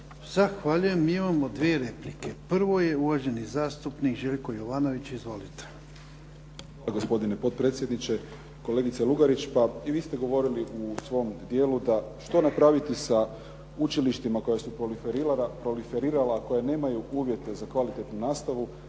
Zahvaljujem. Imamo dvije replike. Prvo je uvaženi zastupnik Željko Jovanović. Izvolite. **Jovanović, Željko (SDP)** Hvala gospodine potpredsjedniče. Kolegice Lugarić, pa i vi ste govorili u svom dijelu da što napraviti sa učilištima koji su poliferirala, koja nemaju uvijete za kvalitetnu nastavu,